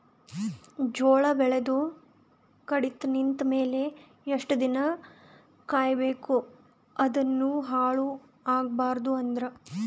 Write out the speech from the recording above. ಜೋಳ ಬೆಳೆದು ಕಡಿತ ನಿಂತ ಮೇಲೆ ಎಷ್ಟು ದಿನ ಕಾಯಿ ಬೇಕು ಅದನ್ನು ಹಾಳು ಆಗಬಾರದು ಅಂದ್ರ?